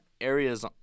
areas